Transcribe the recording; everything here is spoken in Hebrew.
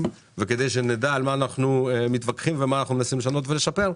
וכדי שנדע על מה אנחנו מתווכחים ומה אנחנו מנסים לשנות ולשפר,